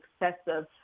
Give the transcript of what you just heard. excessive